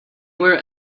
were